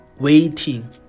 waiting